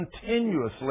continuously